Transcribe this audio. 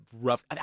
rough